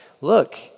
look